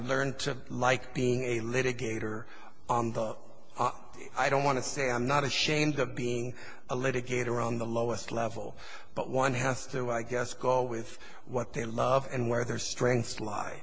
learned to like being a litigator on the i don't want to say i'm not ashamed of being a litigator on the lowest level but one has to i guess go with what they love and where their strengths li